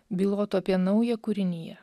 bylotų apie naują kūriniją